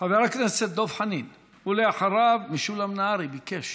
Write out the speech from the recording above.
חבר הכנסת דב חנין, ואחריו, משולם נהרי, ביקש.